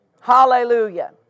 Hallelujah